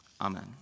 Amen